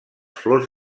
flors